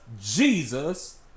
Jesus